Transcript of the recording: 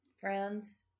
Friends